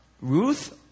Ruth